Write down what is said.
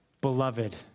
Beloved